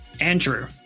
Andrew